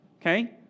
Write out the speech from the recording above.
okay